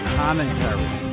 commentary